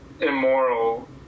immoral